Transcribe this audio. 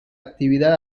actividad